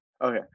Okay